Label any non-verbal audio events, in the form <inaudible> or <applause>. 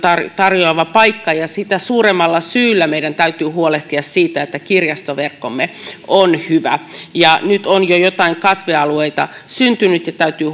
tarjoava paikka sitä suuremmalla syyllä meidän täytyy huolehtia siitä että kirjastoverkkomme on hyvä nyt on jo joitain katvealueita syntynyt ja täytyy <unintelligible>